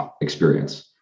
experience